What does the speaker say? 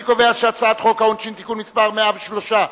אני קובע שחוק העונשין (תיקון מס' 103),